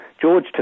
George